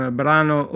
brano